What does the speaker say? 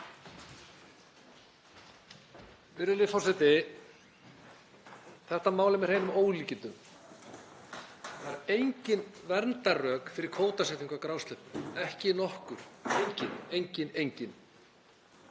Virðulegur forseti. Þetta mál er með hreinum ólíkindum. Það eru engin verndarrök fyrir kvótasetningu á grásleppu, ekki nokkur, engin, engin, engin.